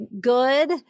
good